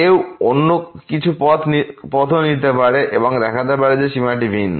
কেউ অন্য কিছু পথও নিতে পারে এবং দেখাতে পারে যে সীমা ভিন্ন